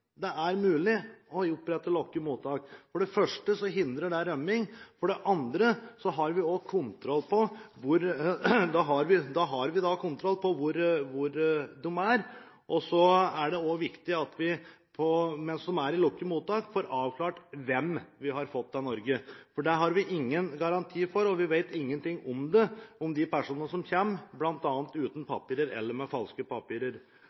Det er mulig å opprette lukkede mottak. For det første hindrer det rømming. For det andre har vi kontroll på hvor de er. Det er også viktig at vi, mens de er i lukkede mottak, får avklart hvem vi har fått til Norge. Det har vi ingen garanti for, og vi vet ingenting om de personene som bl.a. kommer uten papirer eller med falske papirer.